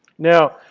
now,